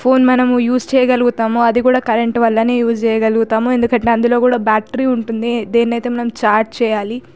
phone మనం use చేయగలుగుతామో అది కూడా కరెంటు వల్లనే యూజ్ చేయగలుగుతాము ఎందుకంటే అందులో కూడా బ్యాటరీ ఉంటుంది దేన్నైతే మనం ఛార్జ్ చెయ్యాలి